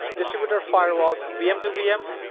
distributor firewalls, vm to vm